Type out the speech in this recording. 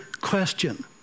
question